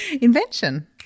Invention